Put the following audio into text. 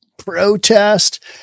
protest